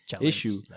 issue